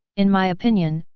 in my opinion,